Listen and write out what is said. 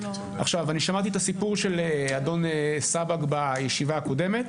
אני שמעתי את הסיפור של אדון סבג בישיבה הקודמת.